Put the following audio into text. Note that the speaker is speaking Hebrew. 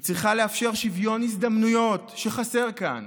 היא צריכה לאפשר שוויון הזדמנויות, שחסר כאן,